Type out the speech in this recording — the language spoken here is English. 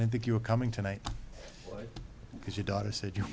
i think you're coming tonight because your daughter said you